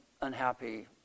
unhappy